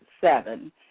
seven